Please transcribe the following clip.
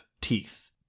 teeth